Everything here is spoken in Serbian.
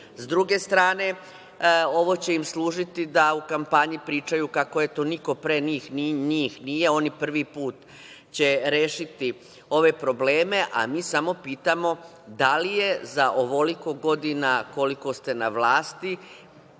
druge strane, ovo će im služiti da u kampanji pričaju kako eto niko pre njih nije, oni prvi put će rešiti ove probleme, a mi samo pitamo – da li je za ovoliko godina koliko ste na vlast,